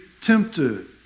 tempted